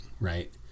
right